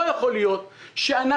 לא יכול להיות שאנחנו,